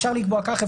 אפשר לקבוע ככה,